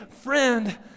friend